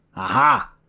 ah,